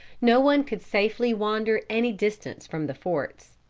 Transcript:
no one could safely wander any distance from the forts.